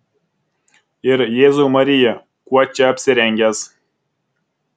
ir jėzau marija kuo čia apsirengęs